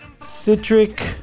Citric